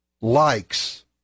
Likes